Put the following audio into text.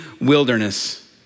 wilderness